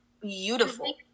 beautiful